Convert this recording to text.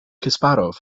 kasparov